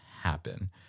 happen